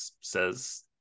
says